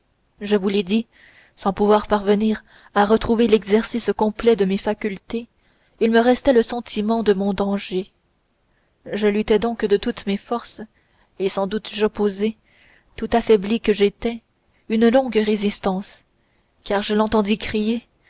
je vous l'ai dit sans pouvoir parvenir à retrouver l'exercice complet de mes facultés il me restait le sentiment de mon danger je luttai donc de toutes mes forces et sans doute j'opposai tout affaiblie que j'étais une longue résistance car je l'entendis s'écrier